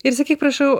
ir sakyk prašau